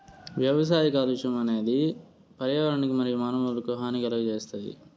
వ్యవసాయ కాలుష్యం అనేది పర్యావరణానికి మరియు మానవులకు హాని కలుగజేస్తాది